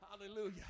Hallelujah